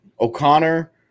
O'Connor